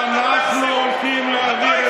אני לא מסכים.